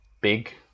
big